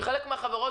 ושחברות